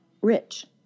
rich